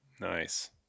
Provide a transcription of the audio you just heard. Nice